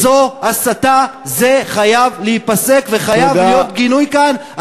זו הסתה, זה חייב להיפסק, וחייב להיות גינוי כאן.